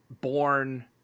born